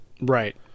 Right